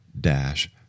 dash